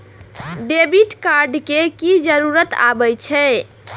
Debit card के की जरूर आवे छै?